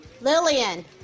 Lillian